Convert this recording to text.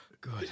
Good